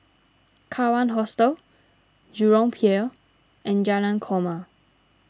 Kawan Hostel Jurong Pier and Jalan Korma